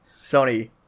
Sony